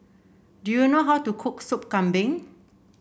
do you know how to cook Sop Kambing